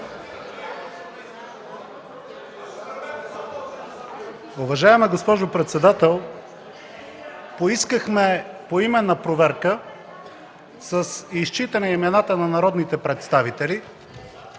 Уважаема госпожо председател, поискахме поименна проверка с изчитане имената на народните представители.